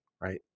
right